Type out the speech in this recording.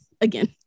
Again